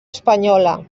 espanyola